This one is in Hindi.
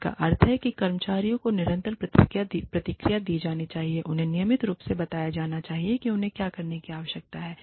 जिसका अर्थ है कि कर्मचारियों को निरंतर प्रतिक्रिया दी जानी चाहिए उन्हें नियमित रूप से बताया जाना चाहिए कि उन्हें क्या करने की आवश्यकता है